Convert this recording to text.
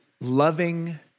loving